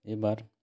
ᱮᱵᱟᱨ